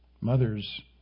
Mothers